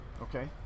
Okay